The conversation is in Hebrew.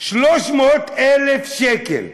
300,000 שקל.